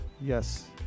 Yes